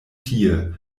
tie